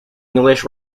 english